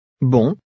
Bon